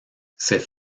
c’est